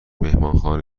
مهمانخانه